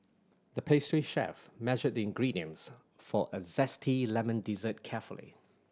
the pastry chef measured the ingredients for a zesty lemon dessert carefully